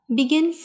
begin